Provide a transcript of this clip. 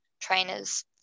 trainers